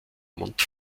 mont